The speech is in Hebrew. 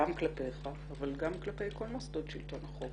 גם כלפיך אבל גם כלפי כל מוסדות שלטון החוק.